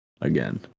again